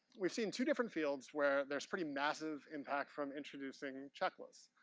we've seen two different fields where there's pretty massive impact from introducing checklists.